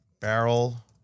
barrel